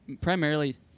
primarily